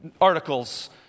articles